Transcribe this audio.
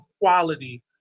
quality